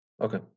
okay